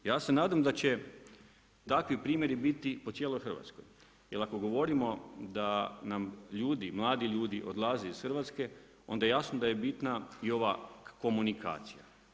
Ja se nadam da će takvi primjeri biti po cijeloj Hrvatskoj, jer ako govorimo da nam ljudi, mladi ljudi odlaze iz Hrvatske onda je jasno da je bitna i ova komunikacija.